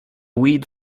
weed